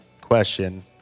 question